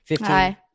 Hi